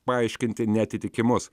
paaiškinti neatitikimus